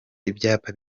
ibyapa